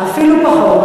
אפילו פחות.